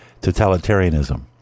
totalitarianism